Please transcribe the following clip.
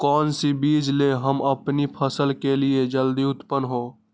कौन सी बीज ले हम अपनी फसल के लिए जो जल्दी उत्पन हो?